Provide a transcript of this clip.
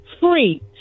Free